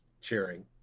cheering